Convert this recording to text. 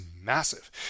massive